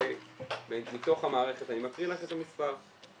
זה סכום זעום מצחיק וכאוב.